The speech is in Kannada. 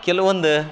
ಕೆಲವೊಂದು